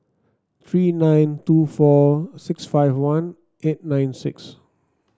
three nine two four six five one eight nine six